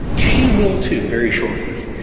she will too very shortly,